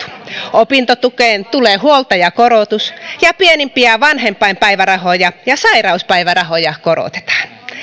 opintotukeen tulee huoltajakorotus ja pienimpiä vanhempainpäivärahoja ja sairauspäivärahoja korotetaan